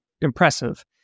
impressive